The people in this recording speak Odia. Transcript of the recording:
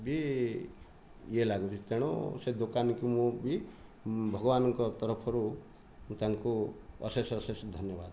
ବି ଇଏ ଲାଗୁଛି ତେଣୁ ସେ ଦୋକାନୀକୁ ମୁଁ ବି ଭଗବାନଙ୍କ ତରଫରୁ ତାଙ୍କୁ ଅଶେଷ ଅଶେଷ ଧନ୍ୟବାଦ